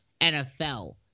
NFL